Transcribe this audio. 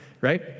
Right